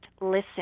listen